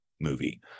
movie